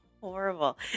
horrible